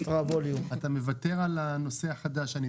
שאתה מוותר על הנושא החדש.